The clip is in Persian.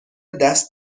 دست